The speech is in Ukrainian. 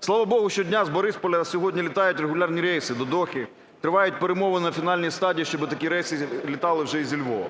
Слава Богу, щодня з Борисполя сьогодні літають регулярні рейси до Дохи, тривають перемовини на фінальній стадії, щоб такі рейси літали вже і зі Львова.